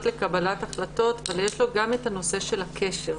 לקבל החלטות אבל יש לו גם את הנושא של הקשר,